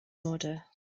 order